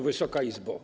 Wysoka Izbo!